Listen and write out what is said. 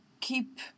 keep